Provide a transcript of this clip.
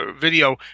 video